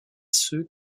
ceux